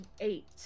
eight